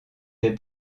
des